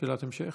שאלת המשך.